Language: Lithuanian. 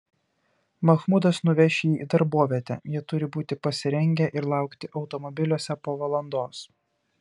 mahmudas nuveš jį į darbovietę jie turi būti pasirengę ir laukti automobiliuose po valandos